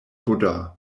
buddha